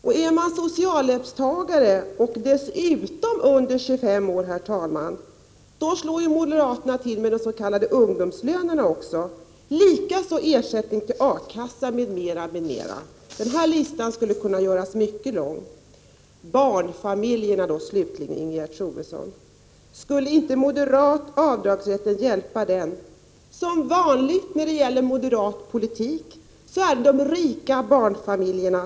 För dem som är socialhjälpstagare och dessutom under 25 år, herr talman, slår ju moderaterna även till med de s.k. ungdomslönerna, liksom med ersättning till a-kassa o. d. Listan skulle kunna göras mycket lång. Slutligen barnfamiljerna, Ingegerd Troedsson. Skulle inte den av moderaterna föreslagna avdragsrätten — som vanligt när det gäller moderat politik — hjälpa de rika barnfamiljerna?